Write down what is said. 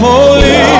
Holy